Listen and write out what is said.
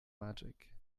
magic